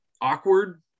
awkward